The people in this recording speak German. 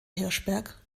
hirschberg